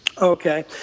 Okay